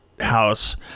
house